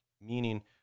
meaning